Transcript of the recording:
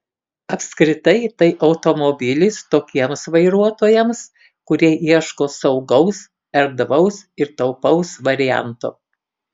apskritai tai automobilis tokiems vairuotojams kurie ieško saugaus erdvaus ir taupaus varianto